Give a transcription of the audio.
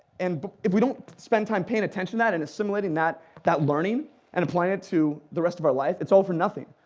and but if we don't spend time paying attention to that and assimilating that that learning and applying it to the rest of our lives, it's all for nothing.